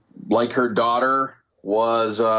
like her daughter was